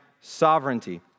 sovereignty